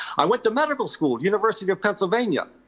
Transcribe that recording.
i went to medical school, university of pennsylvania,